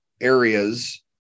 areas